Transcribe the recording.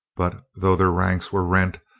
but though their ranks were rent,